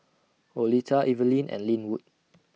Oleta Evelyne and Lynwood